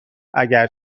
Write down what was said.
اگر